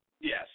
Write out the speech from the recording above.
Yes